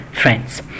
friends